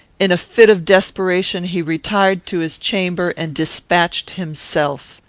in a fit of desperation, he retired to his chamber and despatched himself.